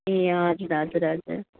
ए हजुर हजुर हजुर